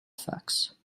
effects